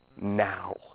now